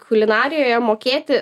kulinarijoje mokėti